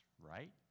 right